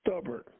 stubborn